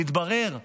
מתברר,